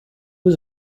was